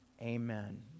Amen